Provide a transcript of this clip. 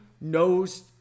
knows